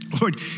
Lord